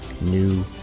new